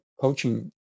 coaching